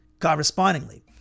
correspondingly